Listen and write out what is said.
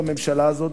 בממשלה הזאת.